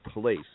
place